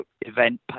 event